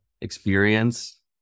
experience